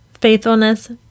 faithfulness